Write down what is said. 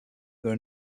there